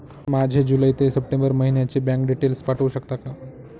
माझे जुलै ते सप्टेंबर महिन्याचे बँक डिटेल्स पाठवू शकता का?